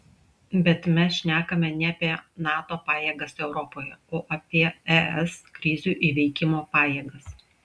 bet mes šnekame ne apie nato pajėgas europoje o apie es krizių įveikimo pajėgas